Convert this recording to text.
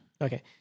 Okay